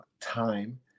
time